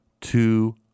Two